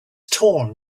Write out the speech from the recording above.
torn